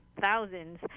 thousands